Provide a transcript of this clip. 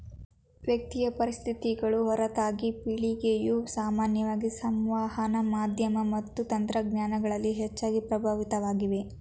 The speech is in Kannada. ವ್ಯಕ್ತಿಯ ಪರಿಸ್ಥಿತಿಗಳು ಹೊರತಾಗಿ ಪೀಳಿಗೆಯು ಸಾಮಾನ್ಯವಾಗಿ ಸಂವಹನ ಮಾಧ್ಯಮ ಮತ್ತು ತಂತ್ರಜ್ಞಾನಗಳಲ್ಲಿ ಹೆಚ್ಚಳ ಪ್ರಭಾವಿತವಾಗಿದೆ